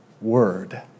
word